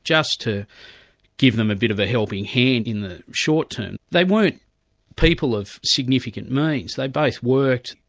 just to give them a bit of a helping hand in the short-term. they weren't people of significant means. they both worked,